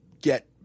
get –